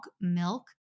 milk